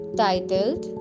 titled